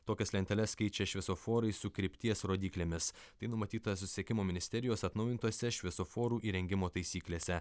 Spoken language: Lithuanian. tokias lenteles keičia šviesoforai su krypties rodyklėmis tai numatyta susisiekimo ministerijos atnaujintose šviesoforų įrengimo taisyklėse